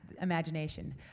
imagination